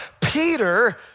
Peter